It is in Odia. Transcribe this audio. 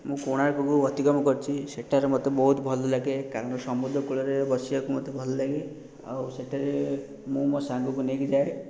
ମୁଁ କୋଣାର୍କକୁ ଅତିକ୍ରମ କରିଛି ସେଇଟାରେ ମୋତେ ବହୁତ ଭଲ ଲାଗେ କାରଣ ସମୁଦ୍ରକୂଳରେ ବସିବାକୁ ମୋତେ ଭଲଲାଗେ ଆଉ ସେଇଟାରେ ମୁଁ ମୋ ସାଙ୍ଗକୁ ନେଇକି ଯାଏ